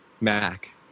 Mac